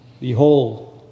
Behold